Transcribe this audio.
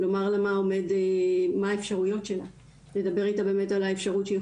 לומר לה מה עומד או יותר נכון מה הן האפשרויות שלה,